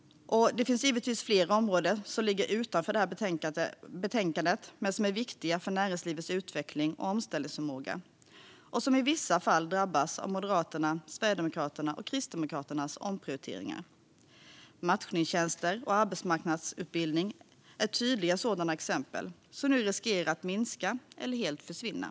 Det finns givetvis fler områden som ligger utanför detta betänkande men som är viktiga för näringslivets utveckling och omställningsförmåga och som i vissa fall drabbas av Moderaternas, Sverigedemokraternas och Kristdemokraternas omprioriteringar. Matchningstjänster och arbetsmarknadsutbildning är tydliga sådana exempel som nu riskerar att minska eller helt försvinna.